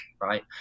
right